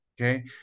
okay